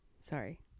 Sorry